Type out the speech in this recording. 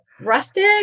rustic